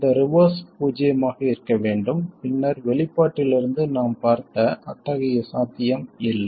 இந்த ரிவர்ஸ் பூஜ்ஜியமாக இருக்க வேண்டும் பின்னர் வெளிப்பாட்டிலிருந்து நாம் பார்த்த அத்தகைய சாத்தியம் இல்லை